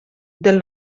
del